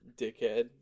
dickhead